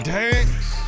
dance